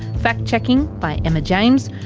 fact checking by emma james.